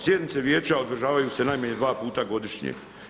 Sjednice vijeća održavaju se najmanje dva puta godišnje.